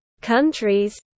countries